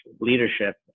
leadership